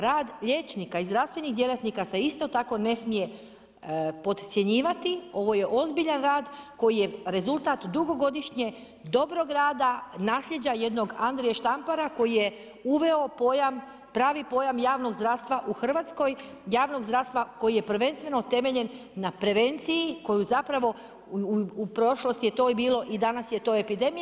Rad liječnika i zdravstvenih djelatnika se isto tako ne smije podcjenjivati, ovo je ozbiljan rad, koji je rezultat dugogodišnje dobrog rada, naslijeđe jednog Andrije Štampara, koji je uveo pravi pojam javnog zdravstva u Hrvatskoj, javnog zdravstva koji je prvenstveno temeljen na prevenciji koji zapravo u prošlosti bilo i danas je to epidemija.